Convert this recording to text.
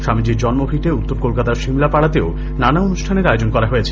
স্বামীজির জন্মভিটে উত্তর কলকাতায় সিমলাপাডাতেও নানা অনুষ্ঠানের আয়োজন করা হয়েছে